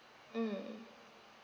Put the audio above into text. mm